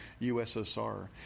ussr